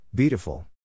Beautiful